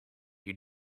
you